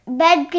bed